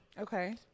okay